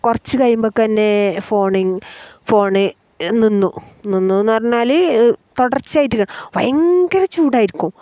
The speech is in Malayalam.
കുറച്ച് കഴിയുമ്പേക്ക് തന്നെ ഫോണിൽ ഫോൺ നിന്നു നിന്നു എന്ന് പറഞ്ഞാൽ തുടർച്ചയായിട്ട് ഭയങ്കര ചൂടായിരിക്കും